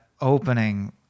opening